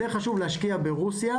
יותר חשוב להשקיע ברוסיה